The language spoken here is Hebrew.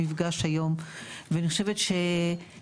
גם בציבור הרחב ובטח ביצרנים.